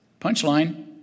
Punchline